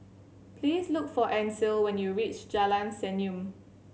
please look for Ancil when you reach Jalan Senyum